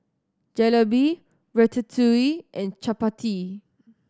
Jalebi Ratatouille and Chapati